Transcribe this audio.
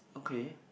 okay